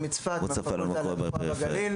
אני מצפת מאוניברסיטת הגליל,